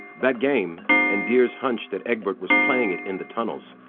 that game, and dear's hunch that egbert was playing it in the tunnels,